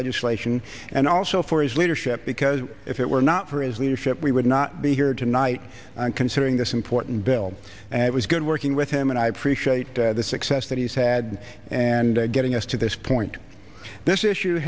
legislation and also for his leadership because if it were not for his leadership we would not be here tonight considering this important bill and it was good working with him and i appreciate the success that he's had and getting us to this point this issue